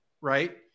Right